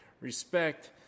respect